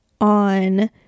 on